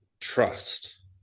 trust